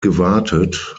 gewartet